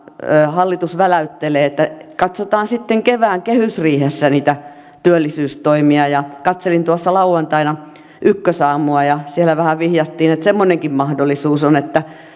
hallitus väläyttelee että katsotaan sitten kevään kehysriihessä niitä työllisyystoimia katselin tuossa lauantaina ykkösaamua ja siellä vähän vihjattiin että semmoinenkin mahdollisuus on että